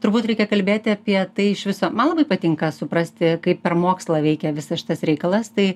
turbūt reikia kalbėti apie tai iš viso man labai patinka suprasti kaip per mokslą veikia visas šitas reikalas tai